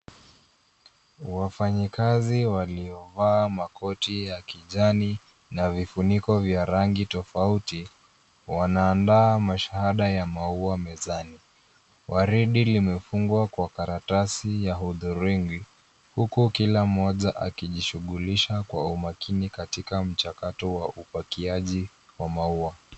Wafanyakazi waliovaa fulana ya kijani na vifuniko vya rangi tofauti wanaandaa mashada ya maua mezani. Waridi limefungwa kwa karatasi ya Hotheringi. Kila mmoja amejiinamisha kwa umakini katika mchakato wa kupakia maua.